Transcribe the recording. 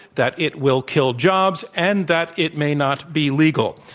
that it will kill jobs, and that it may not be legal.